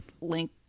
Link